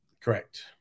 Correct